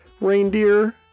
reindeer